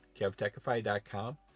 kevtechify.com